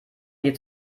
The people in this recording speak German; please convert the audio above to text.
geht